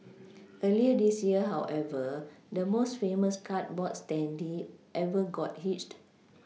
earlier this year however the most famous cardboard standee ever got hitched